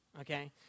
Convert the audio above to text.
okay